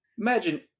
Imagine